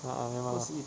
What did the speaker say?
a'ah memang ah